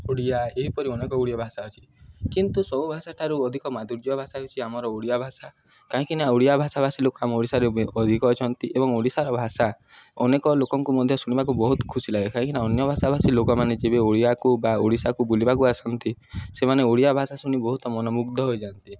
ଓଡ଼ିଆ ଏହିପରି ଅନେକ ଓଡ଼ିଆ ଭାଷା ଅଛି କିନ୍ତୁ ସବୁ ଭାଷାଠାରୁ ଅଧିକ ମଧୁର୍ଯ୍ୟ ଭାଷା ହେଉଛି ଆମର ଓଡ଼ିଆ ଭାଷା କାହିଁକିନା ଓଡ଼ିଆ ଭାଷାଭାଷୀ ଲୋକ ଆମ ଓଡ଼ିଶାରେ ଅଧିକ ଅଛନ୍ତି ଏବଂ ଓଡ଼ିଶାର ଭାଷା ଅନେକ ଲୋକଙ୍କୁ ମଧ୍ୟ ଶୁଣିବାକୁ ବହୁତ ଖୁସି ଲାଗେ କାହିଁକିନା ଅନ୍ୟ ଭାଷାଭାଷୀ ଲୋକମାନେ ଯେବେ ଓଡ଼ିଆକୁ ବା ଓଡ଼ିଶାକୁ ବୁଲିବାକୁ ଆସନ୍ତି ସେମାନେ ଓଡ଼ିଆ ଭାଷା ଶୁଣି ବହୁତ ମନମୁଗ୍ଧ ହୋଇଯାଆନ୍ତି